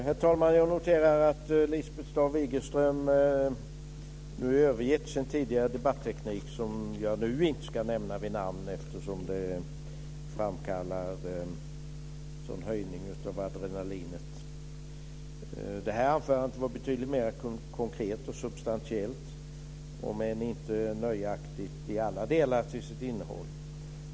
Herr talman! Jag noterar att Lisbeth Staaf Igelström nu har övergett sin tidigare debatteknik som jag nu inte ska nämna vid namn eftersom det framkallar en sådan höjning av adrenalinet. Det här anförandet var betydligt mer konkret och substantiellt, om än inte nöjaktigt i alla delar till sitt innehåll.